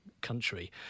country